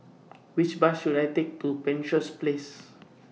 Which Bus should I Take to Penshurst Place